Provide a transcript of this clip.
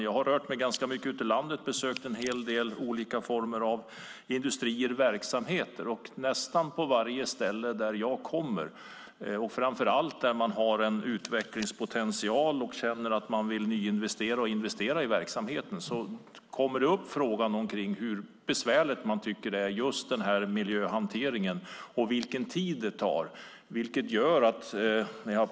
Jag har rört mig ganska mycket ute i landet och besökt en hel del olika former av industrier och verksamheter. Nästan på varje ställe, framför allt där man har en utvecklingspotential och känner att man vill nyinvestera och investera i verksamheten, kommer frågan upp om hur besvärligt det är med miljöhanteringen och vilken tid det tar.